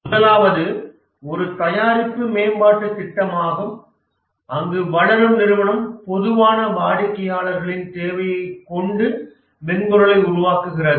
முதலாவது ஒரு தயாரிப்பு மேம்பாட்டுத் திட்டமாகும் அங்கு வளரும் நிறுவனம் பொதுவான வாடிக்கையாளர்களின் தேவையைக் கொண்டு மென்பொருளை உருவாக்குகிறது